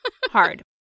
Hard